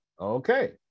Okay